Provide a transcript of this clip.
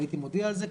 והייתי מודיע על זה,